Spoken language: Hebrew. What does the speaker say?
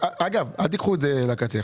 אל תיקחו את זה לקצה.